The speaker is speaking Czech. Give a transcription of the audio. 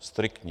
Striktně.